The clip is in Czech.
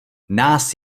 nás